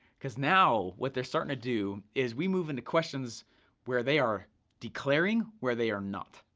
cuz now what they're starting to do, is we move into questions where they are declaring where they are not.